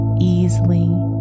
easily